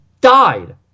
died